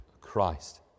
Christ